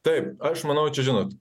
taip aš manau čia žinot